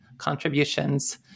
Contributions